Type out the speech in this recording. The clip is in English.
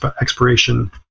expiration